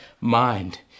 mind